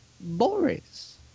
Boris